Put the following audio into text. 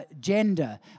gender